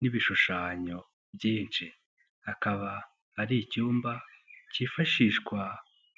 n'ibishushanyo byinshi. Hakaba ari icyumba cyifashishwa